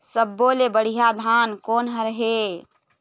सब्बो ले बढ़िया धान कोन हर हे?